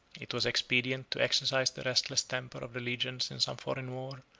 it was expedient to exercise the restless temper of the legions in some foreign war,